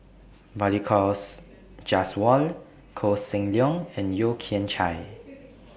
Balli Kaur Jaswal Koh Seng Leong and Yeo Kian Chye